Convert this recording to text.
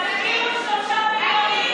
תפקירו שלושה מיליון איש.